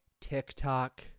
TikTok